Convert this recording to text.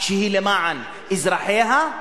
שהיא למען אזרחיה,